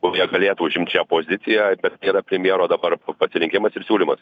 kurie galėtų užimt šią poziciją bet tai yra premjero dabar pasirinkimas ir siūlymas